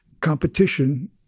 competition